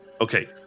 Okay